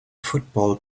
football